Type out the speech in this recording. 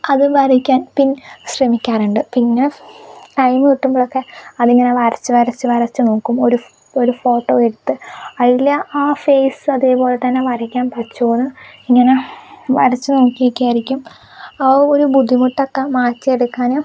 അത് വരയ്ക്കാൻ പിൻ ശ്രമിക്കാറുണ്ട് പിന്നെ ടൈം കിട്ടുമ്പോഴൊക്കെ അതിങ്ങനെ വരച്ച് വരച്ച് വരച്ചു നോക്കും ഒരു ഒരു ഫോട്ടോ എടുത്ത് അതിൽ ആ ഫെയ്സ് അതേപോലെ തന്നെ വരയ്ക്കാൻ പറ്റുമോയെന്ന് ഇങ്ങനെ വരച്ച് നോക്കിയൊക്കെ ആയിരിക്കും ആ ഒരു ബുദ്ധിമുട്ടൊക്കെ മാറ്റിയെടുക്കാൻ